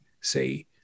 say